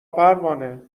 پروانه